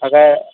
اگر